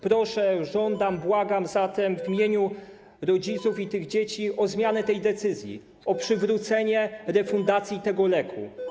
Proszę, żądam, błagam zatem w imieniu rodziców i tych dzieci o zmianę tej decyzji, o przywrócenie refundacji tego leku.